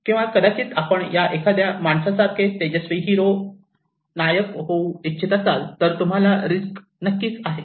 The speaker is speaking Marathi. किंवा कदाचित आपण या एखाद्या माणसासारखा तेजस्वी हिरो होऊ इच्छित असाल तर तुम्हाला रिस्क आहे